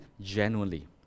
genuinely